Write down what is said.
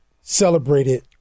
celebrated